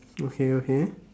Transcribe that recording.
okay okay